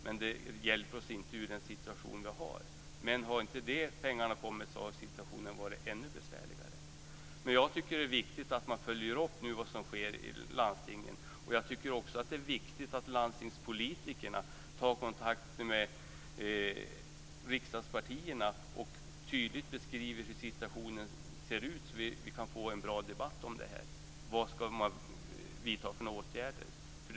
Men det hjälper oss inte ur den situation vi har. Men hade inte de pengarna kommit hade situationen varit ännu besvärligare. Jag tycker att det är viktigt att man nu följer upp vad som sker i landstingen. Jag tycker också att det är viktigt att landstingspolitikerna tar kontakt med riksdagspartierna och tydligt beskriver hur situationen ser ut, så att vi kan få en bra debatt om det här och om vad man skall vidta för åtgärder.